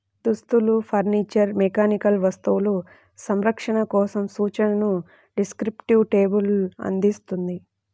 దుస్తులు, furniture, mechanical వస్తువులు, సంరక్షణ కోసం సూచనలను డిస్క్రిప్టివ్ లేబుల్ అందిస్తుంది